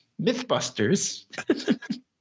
Mythbusters